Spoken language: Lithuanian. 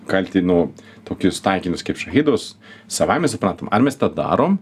kalti nu tokius taikinius kaip šachidus savaime suprantama ar mes tą darom